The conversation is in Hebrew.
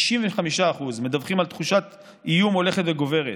65% מדווחים על תחושת איום הולכת וגוברת.